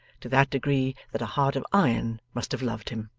to that degree that a heart of iron must have loved him!